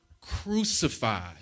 crucified